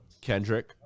Kendrick